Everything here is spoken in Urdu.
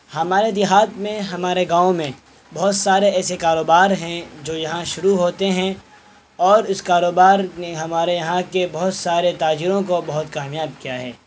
ہمارے دیہات میں ہمارے گاؤں میں بہت سارے ایسے کاروبار ہیں جو یہاں شروع ہوتے ہیں اور اس کاروبار نے ہمارے یہاں کے بہت سارے تاجروں کو بہت کامیاب کیا ہے